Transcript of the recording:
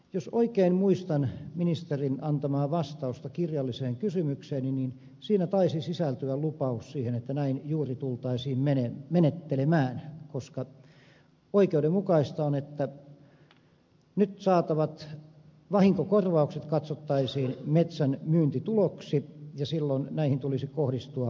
jos oikein muistan ministerin antamaa vastausta kirjalliseen kysymykseeni niin siihen taisi sisältyä lupaus siihen että näin juuri tultaisiin menettelemään koska oikeudenmukaista on että nyt saatavat vahinkokorvaukset katsottaisiin metsänmyyntituloksi ja silloin näihin tulisi kohdistua huojennus